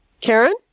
Karen